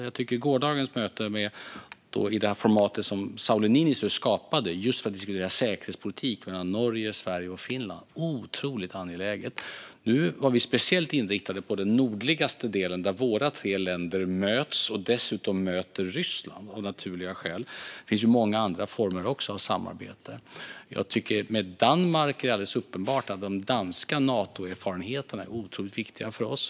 Jag tycker att gårdagens möte i det format som Sauli Niinistö skapade just för att diskutera säkerhetspolitik mellan Norge, Sverige och Finland var otroligt angeläget. Nu var vi av naturliga skäl speciellt inriktade på den nordligaste delen där våra tre länder möts och dessutom möter Ryssland. Men det finns också många andra former av samarbete. Det är alldeles uppenbart att de danska Natoerfarenheterna är otroligt viktiga för oss.